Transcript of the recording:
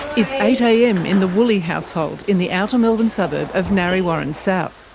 it's eight am in the woolley household in the outer melbourne suburb of narre warren south.